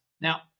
Now